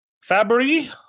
fabry